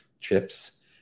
trips